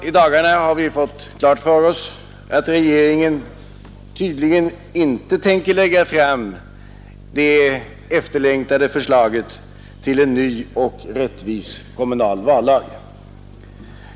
I dagarna har vi fått klart för oss att regeringen tydligen inte tänker lägga fram det efterlängtade förslaget till en ny och rättvis kommunal vallag.